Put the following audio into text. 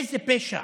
איזה פשע.